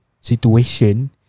situation